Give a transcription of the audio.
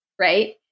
right